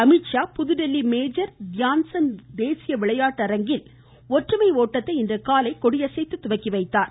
அமித்ஷா புதுதில்லி major Dhyan Chand தேசிய விளையாட்டு அரங்கில் ஒற்றுமை ஓட்டத்தை இன்றுகாலை கொடியசைத்து தொடங்கி வைத்தார்